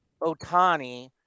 Otani